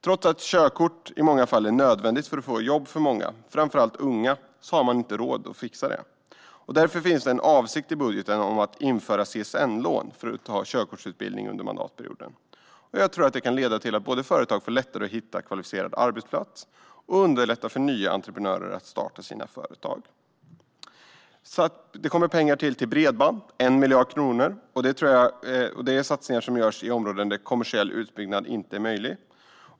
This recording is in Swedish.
Trots att körkort i många fall är nödvändigt för att få jobb är det många, framför allt unga, som inte har råd att fixa det. Därför finns det en avsikt i budgeten att införa CSN-lån för körkortsutbildning under mandatperioden. Detta tror jag kan leda både till att företag får lättare att hitta kvalificerad arbetskraft och till att underlätta för nya entreprenörer att starta sina företag. Det kommer pengar till bredband, 1 miljard kronor. Satsningarna kommer att göras i områden där kommersiell utbyggnad inte är möjlig.